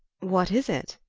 what is it?